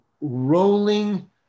rolling